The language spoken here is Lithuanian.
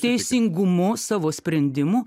teisingumu savo sprendimų